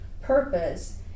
purpose